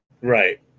Right